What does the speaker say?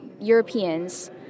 Europeans